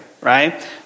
right